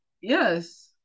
Yes